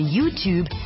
YouTube